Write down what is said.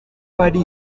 hari